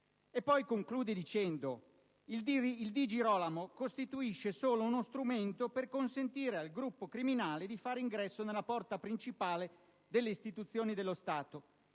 e poi conclude dicendo: «Il Di Girolamo costituisce solo uno strumento per consentire al gruppo criminale di fare ingresso nella porta principale delle istituzioni dello Stato»;